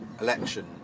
election